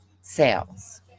sales